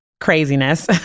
craziness